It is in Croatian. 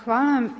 Hvala.